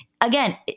again